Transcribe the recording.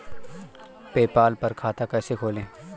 PayPal पर खाता कैसे खोलें?